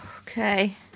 Okay